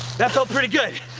that felt pretty good.